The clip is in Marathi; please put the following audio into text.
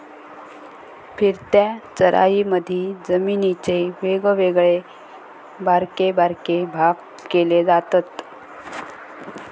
फिरत्या चराईमधी जमिनीचे वेगवेगळे बारके बारके भाग केले जातत